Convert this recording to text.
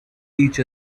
each